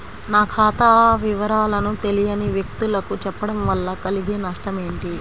నా ఖాతా వివరాలను తెలియని వ్యక్తులకు చెప్పడం వల్ల కలిగే నష్టమేంటి?